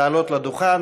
לעלות לדוכן.